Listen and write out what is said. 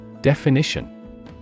Definition